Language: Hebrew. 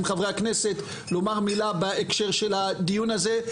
חברי הכנסת לומר מילה בהקשר של הדיון הזה,